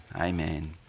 amen